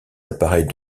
appareils